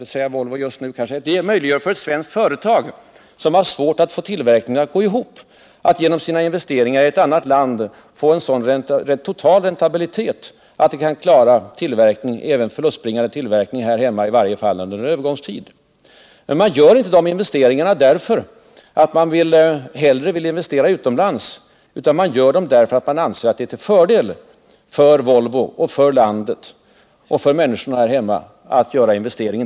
Ett svenskt företag som har svårt att få tillverkningen här hemma att gå ihop kan genom investeringar i ett annat land få en sådan total räntabilitet att det kan klara tillverkningen, även förlustbringande sådan, här hemma i varje fall under en övergångstid. Men man gör investeringarna inte därför att man hellre vill investera utomlands utan för att man anser att det är till fördel för Volvo, för landet och för människorna här hemma.